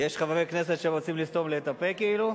יש חברי כנסת שרוצים לסתום לי את הפה כאילו?